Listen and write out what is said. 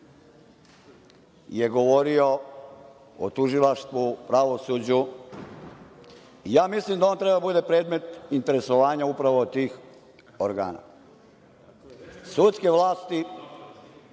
je govorio o tužilaštvu, pravosuđu. Ja mislim da on treba da bude predmet interesovanja upravo tih organa sudske vlasti